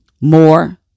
More